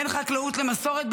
בין חקלאות למסורת,